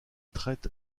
traite